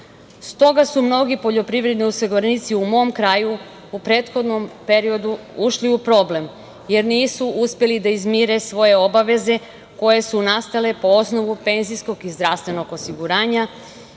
delatnosti. Mnogi poljoprivredni osiguranici su u mom kraju, u prethodnom periodu ušli u problem, jer nisu uspeli da izmire svoje obaveze koje su nastale po osnovu penzijskog i zdravstvenog osiguranja,